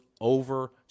over